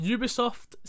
Ubisoft